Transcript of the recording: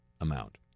amount